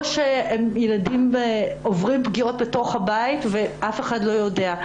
או שהם עוברים פגיעות בתוך הבית ואף אחד לא יודע.